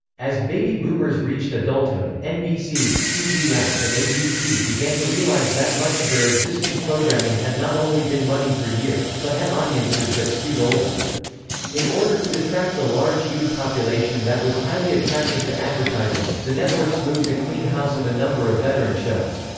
as baby boomers reached adulthood, nbc, cbs and abc began to realize that much of their existing programming had not only been running for years, but had audiences that skewed older in order to attract the large youth population that was highly attractive to advertisers, the networks moved to clean house of a number of veteran shows.